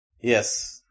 Yes